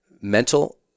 Mental